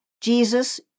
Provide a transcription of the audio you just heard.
Jesus